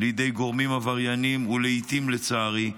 לידי גורמים עברייניים, ולעיתים, לצערי,